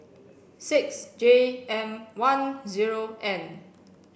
six J M one zero N